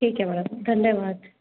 ठीक है मैडम धन्यवाद